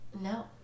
No